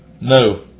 no